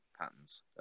patterns